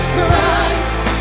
Christ